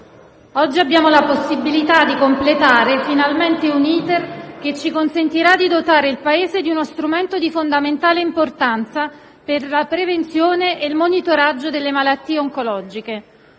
oggi abbiamo la possibilità di completare finalmente un *iter* che ci consentirà di dotare il Paese di uno strumento di fondamentale importanza per la prevenzione e il monitoraggio delle malattie oncologiche.